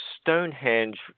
Stonehenge